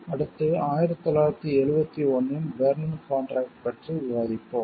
அடுத்து 1971 இன் பெர்ன் கான்ட்ராக்ட்டைப் பற்றி விவாதிப்போம்